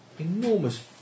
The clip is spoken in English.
enormous